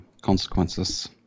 consequences